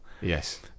Yes